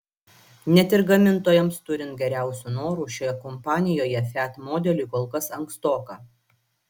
net ir gamintojams turint geriausių norų šioje kompanijoje fiat modeliui kol kas ankstoka